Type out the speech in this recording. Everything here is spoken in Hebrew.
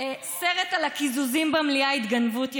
סרט על הקיזוזים במליאה: התגנבות יחידים,